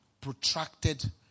protracted